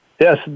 Yes